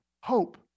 hope